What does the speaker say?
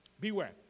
Beware